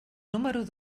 número